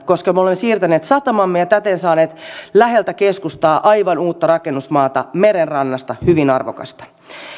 koska me me olemme siirtäneet satamamme ja täten saaneet läheltä keskustaa aivan uutta rakennusmaata merenrannasta hyvin arvokasta